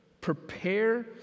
Prepare